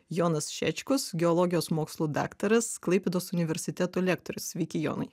jonas šečkus geologijos mokslų daktaras klaipėdos universiteto lektorius sveiki jonai